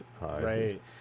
Right